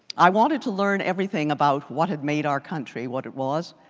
i wanted to learn everything about what had made our country what it was.